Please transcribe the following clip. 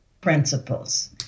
principles